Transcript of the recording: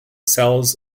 cells